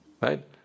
Right